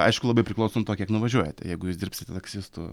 aišku labai priklauso nuo to kiek nuvažiuojat jeigu jūs dirbsit taksistu